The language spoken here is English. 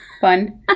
fun